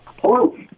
Hello